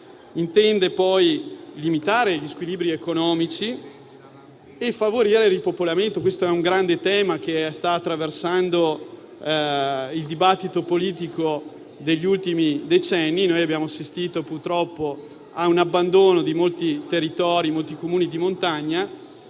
intende altresì limitare gli squilibri economici e favorire il ripopolamento. Questo è un grande tema che sta attraversando il dibattito politico degli ultimi decenni. Abbiamo assistito, purtroppo, a un abbandono di molti territori e Comuni di montagna,